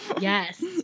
Yes